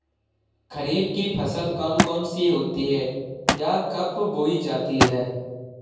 खरीफ की फसल कौन कौन सी होती हैं यह कब बोई जाती हैं?